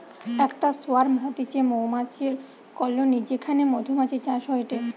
একটা সোয়ার্ম হতিছে মৌমাছির কলোনি যেখানে মধুমাছির চাষ হয়টে